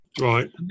Right